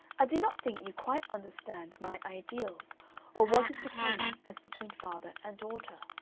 i do not think you quite understand my ideals or what is becoming as between father and daughter.